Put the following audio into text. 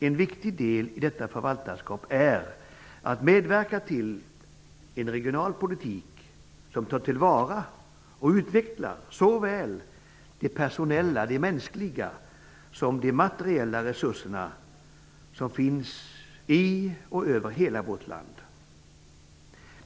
En viktig del i detta förvaltarskap är att medverka till en regional politik som tar till vara och utvecklar såväl de personella, mänskliga, resurser som de materiella resurser som finns i hela vårt land.